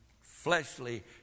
fleshly